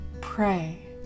Pray